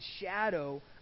shadow